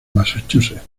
massachusetts